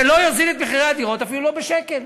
זה לא יוזיל את הדירות אפילו לא בשקל.